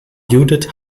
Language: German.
judith